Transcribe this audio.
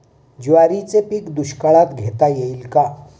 ज्वारीचे पीक दुष्काळात घेता येईल का?